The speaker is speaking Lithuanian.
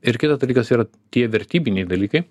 ir kitas dalykas yra tie vertybiniai dalykai